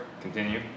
Continue